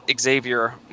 Xavier